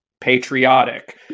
Patriotic